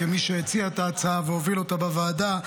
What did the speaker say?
כמי שהציע את ההצעה והוביל אותה בוועדה,